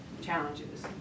challenges